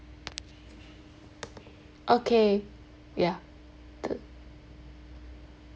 okay ya the